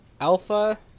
Alpha